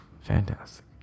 Fantastic